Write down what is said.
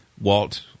Walt